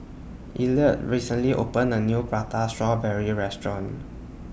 Elliott recently opened A New Prata Strawberry Restaurant